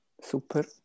Super